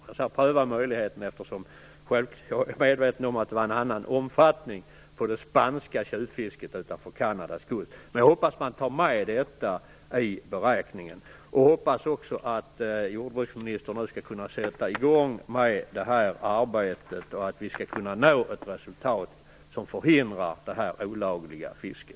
Jag säger pröva, därför att jag självfallet är medveten om att det spanska tjuvfisket utanför Kanadas kust hade en annan omfattning. Jag hoppas dock att man tar med detta i beräkningen. Jag hoppas också att jordbruksministern nu skall kunna sätta i gång med detta arbete, och att vi skall kunna nå ett resultat som förhindrar detta olagliga fiske.